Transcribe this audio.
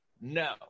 no